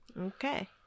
Okay